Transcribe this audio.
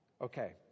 Okay